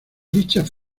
dichas